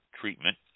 treatment